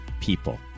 people